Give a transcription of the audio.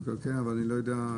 אני לא יודע,